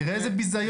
תראה איזה ביזיון,